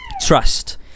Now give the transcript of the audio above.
trust